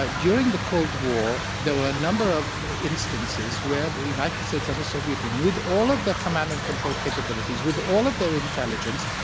like during the cold war, there were a number of instances where the united states and the soviet union, with all of their command and control capabilities, with all of their intelligence,